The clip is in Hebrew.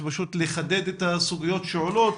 כדי לחדד את הסוגיות שעולות,